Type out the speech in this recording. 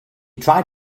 tried